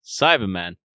Cyberman